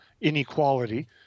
inequality